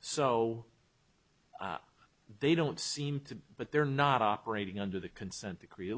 so they don't seem to but they're not operating under the consent decree at